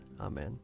Amen